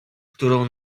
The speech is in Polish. którą